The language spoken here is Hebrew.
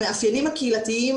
המאפיינים הקהילתיים,